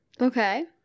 okay